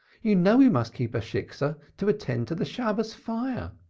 you know we must keep a shiksah to attend to the shabbos fire.